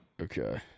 Okay